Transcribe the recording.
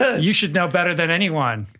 you should know better than anyone.